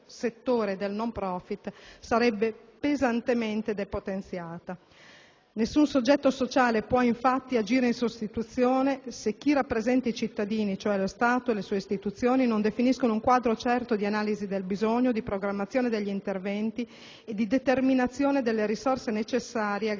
del *non* *profit* sarebbe pesantemente depotenziata. Nessun soggetto sociale può, infatti, agire in sostituzione se chi rappresenta i cittadini (cioè lo Stato e le istituzioni) non definisce un quadro certo di analisi del bisogno, di programmazione degli interventi e di determinazione delle risorse necessarie a